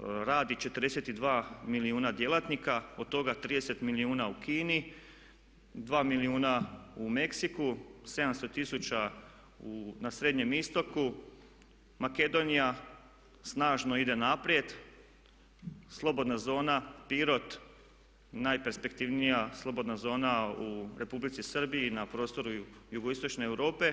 radi 42 milijuna djelatnika, od toga 30 milijuna u Kini, 2 milijuna u Meksiku, 700 tisuća na Srednjem Istoku, Makedonija snažno ide naprijed, slobodna zona Pirot najperspektivnija slobodna zona u Republici Srbiji na prostoru jugoistočne Europe.